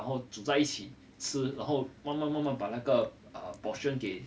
然后煮在一起吃然后慢慢慢慢把那个 uh portion 给